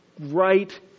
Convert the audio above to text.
right